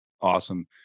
awesome